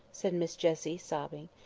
said miss jessie, sobbing.